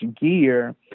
gear